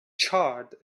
charred